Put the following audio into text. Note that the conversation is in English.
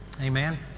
Amen